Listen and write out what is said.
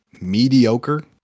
mediocre